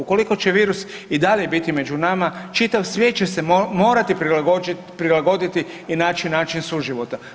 Ukoliko će virus i dalje biti među nama čitav svijet će se morati prilagoditi i naći način suživota.